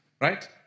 Right